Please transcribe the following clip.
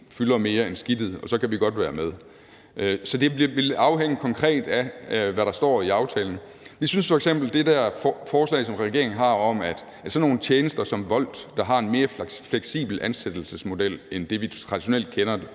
fylder mere end skidtet, og så kan vi godt være med. Så det ville afhænge konkret af, hvad der står i aftalen. F.eks. det der forslag, som regeringen har, om at lukke sådan nogle tjenester som Wolt, der har en mere fleksibel ansættelsesmodel end det, vi traditionelt kender